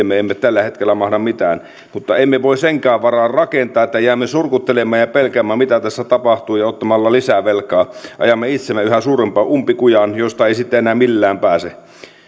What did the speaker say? me emme tällä hetkellä mahda mitään mutta emme voi senkään varaan rakentaa että jäämme surkuttelemaan ja pelkäämään mitä tässä tapahtuu ja ottamalla lisää velkaa ajamme itsemme yhä suurempaan umpikujaan josta ei sitten enää millään pääse